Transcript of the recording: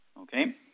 Okay